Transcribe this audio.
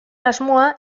asmoa